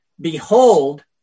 Behold